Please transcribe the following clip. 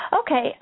Okay